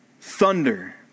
thunder